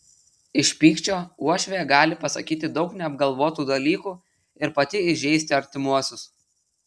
iš pykčio uošvė gali pasakyti daug neapgalvotų dalykų ir pati įžeisti artimuosius